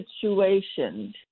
situations